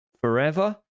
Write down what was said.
forever